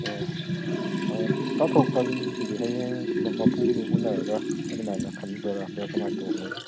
ꯑꯣ ꯇꯥꯊꯣꯛ ꯇꯥꯁꯤꯟꯒꯤꯁꯤꯗꯤ ꯍꯌꯦꯡ ꯁꯤꯗ ꯃꯄꯨꯗꯨ ꯎꯅꯔꯒ ꯑꯗꯨꯃꯥꯏꯅ ꯈꯟꯕꯤꯗꯣꯏꯔꯥ ꯅꯠꯇꯔꯒ ꯀꯃꯥꯏꯅ ꯇꯧꯕ ꯃꯣꯏꯁꯦ